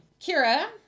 Kira